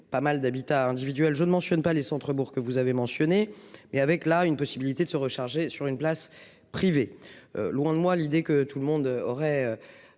pas mal d'habitat individuel je ne mentionne pas les centre-bourgs que vous avez mentionné mais avec la une possibilité de se recharger sur une place privée. Loin de moi l'idée que tout le monde aurait